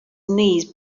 knees